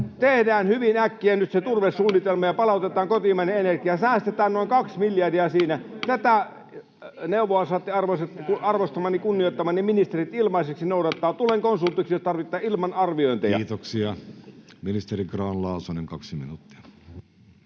Tehdään hyvin äkkiä nyt se turvesuunnitelma ja palautetaan kotimainen energia. Säästetään noin kaksi miljardia siinä. Tätä neuvoa saatte arvoisat arvostamani, kunnioittamani ministerit ilmaiseksi noudattaa. Tulen konsultiksi, jos tarvitsette, ilman arviointeja. Kiitoksia. — Ministeri Grahn-Laasonen, kaksi minuuttia.